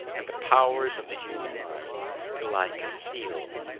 and the powers of the human mind to lie concealed.